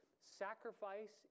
sacrifice